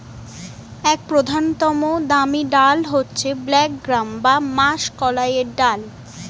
এক প্রধানতম দামি ডাল হচ্ছে ব্ল্যাক গ্রাম বা মাষকলাইয়ের ডাল